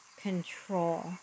control